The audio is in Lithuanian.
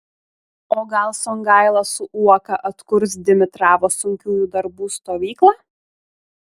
o gal songaila su uoka atkurs dimitravo sunkiųjų darbų stovyklą